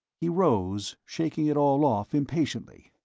he rose, shaking it all off impatiently.